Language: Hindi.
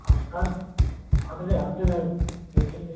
अब सर अगले हफ़्ते में देखेंगे